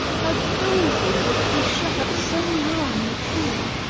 how doleful it is to be shut up so long in a tree.